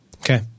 Okay